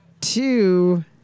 two